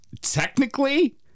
Technically